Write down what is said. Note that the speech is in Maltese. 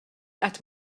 qatt